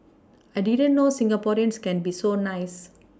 I didn't know Singaporeans can be so nice